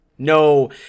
No